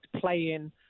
playing